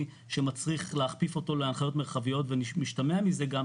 שמצריך להכפיף אותו להנחיות מרחביות ומשתמע מזה גם,